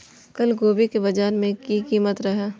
कल गोभी के बाजार में की कीमत रहे?